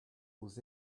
aux